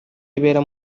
yibera